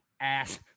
ass